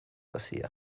hazia